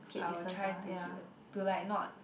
I will try to keep to like not